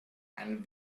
and